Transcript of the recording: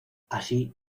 así